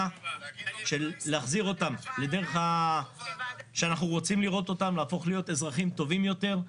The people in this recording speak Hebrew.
על מנת שיהפכו להיות אזרחים טובים יותר.